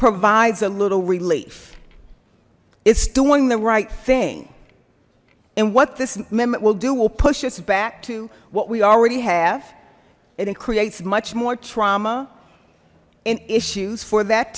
provides a little relief it's doing the right thing and what this amendment will do will push us back to what we already have and it creates much more trauma and issues for that